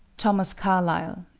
thomas carlyle,